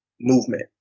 movement